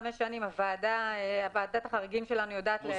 חמש שנים ועדת החריגים שלנו יודעת להאריך את זה?